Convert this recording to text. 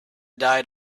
diet